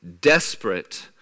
desperate